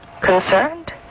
Concerned